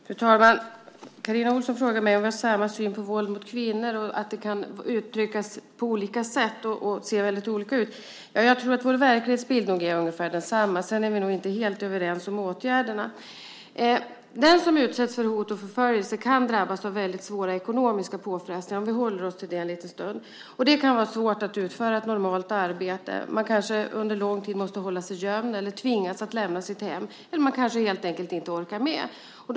Fru talman! Carina Ohlsson frågar mig om vi har samma syn på våld mot kvinnor - att det kan uttryckas på olika sätt och se väldigt olika ut. Jag tror att våra verklighetsbilder är ungefär desamma. Sedan är vi nog inte helt överens om åtgärderna. Den som utsätts för hot och förföljelse kan drabbas av svåra ekonomiska påfrestningar. Vi kan hålla oss till detta en liten stund. Det kan vara svårt att utföra ett normalt arbete. Man kanske under lång tid måste hålla sig gömd eller tvingas att lämna sitt hem, eller man kanske helt enkelt inte orkar med det hela.